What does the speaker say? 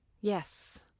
Yes